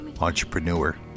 Entrepreneur